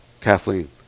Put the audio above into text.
kathleen